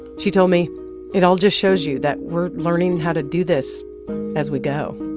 she told me it all just shows you that we're learning how to do this as we go.